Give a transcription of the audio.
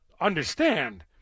understand